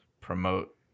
promote